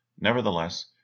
Nevertheless